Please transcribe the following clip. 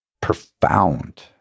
profound